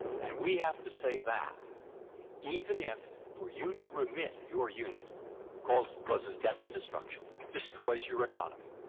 and we have to say that even if for you to remit your unit causes causes death and destruction, destroys your economy.